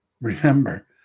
remember